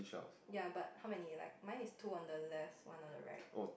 ya but how many like mine is two on the left one on the right